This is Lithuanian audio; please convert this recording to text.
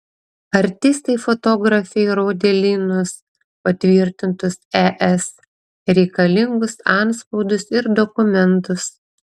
artistai fotografei rodė lynus patvirtintus es reikalingus antspaudus ir dokumentus